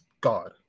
God